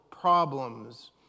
problems